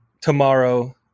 tomorrow